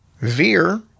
Veer